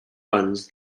runs